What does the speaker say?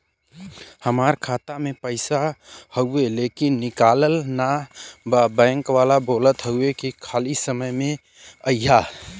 हमार खाता में पैसा हवुवे लेकिन निकलत ना बा बैंक वाला बोलत हऊवे की खाली समय में अईहा